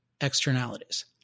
externalities